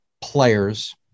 players